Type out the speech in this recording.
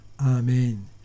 Amen